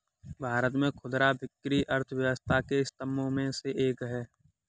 भारत में खुदरा बिक्री अर्थव्यवस्था के स्तंभों में से एक है